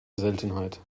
seltenheit